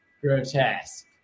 grotesque